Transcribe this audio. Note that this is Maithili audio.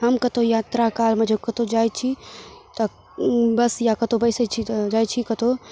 हम कतहु यात्रा कालमे जे कतहु जाइ छी तऽ बस या कतहु बैसय छी तऽ जाइ छी कतहु